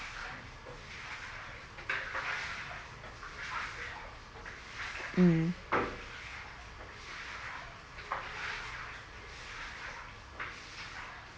mm